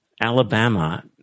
Alabama